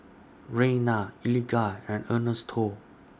Rayna Eligah and Ernesto